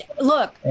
look